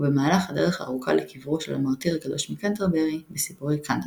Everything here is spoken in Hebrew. או במהלך הדרך הארוכה לקברו של המרטיר הקדוש מקנטרברי בסיפורי קנטרברי.